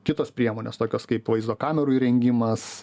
kitos priemonės tokios kaip vaizdo kamerų įrengimas